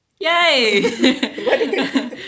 Yay